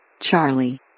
Charlie